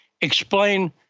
explain